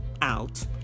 out